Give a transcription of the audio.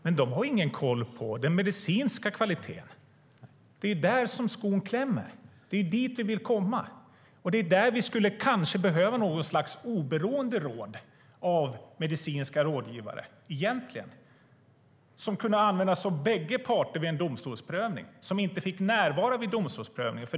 Men de har ingen koll på den medicinska kvaliteten. Det är där som skon klämmer. Det är dit vi vill komma. Det är där vi kanske egentligen skulle behöva något slags oberoende råd bestående av medicinska rådgivare som kunde användas av bägge parter vid en domstolsprövning och som inte fick närvara vid domstolsprövningen.